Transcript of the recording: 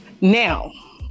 now